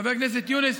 חבר הכנסת יונס,